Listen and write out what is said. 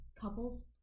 Couples